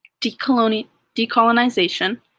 Decolonization